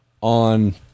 on